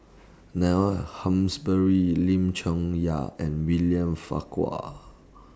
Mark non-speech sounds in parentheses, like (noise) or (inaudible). Neil (unintelligible) Lim Chong Yah and William Farquhar